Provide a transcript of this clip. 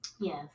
Yes